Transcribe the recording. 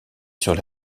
sur